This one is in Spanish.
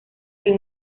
del